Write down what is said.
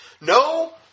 No